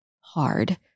hard